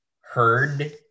heard